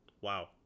Wow